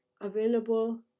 available